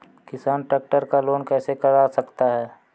किसान ट्रैक्टर का लोन कैसे करा सकता है?